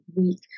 week